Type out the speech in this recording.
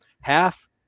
half